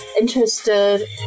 interested